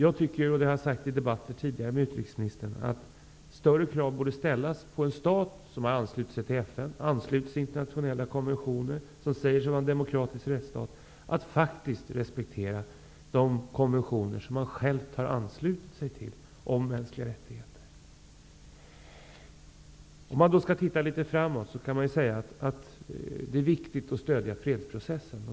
Jag tycker -- det har jag sagt tidigare i debatter med utrikesministern -- att större krav borde ställas på en stat som har anslutit sig till FN, som har anslutit sig till internationella konventioner och som säger sig vara en demokratisk rättsstat att faktiskt respektera de konventioner om mänskliga rättigheter som man har anslutit sig till. Om man skall se framåt kan man säga att det är viktigt att stödja fredsprocessen.